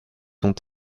ont